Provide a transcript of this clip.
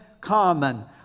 common